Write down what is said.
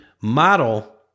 model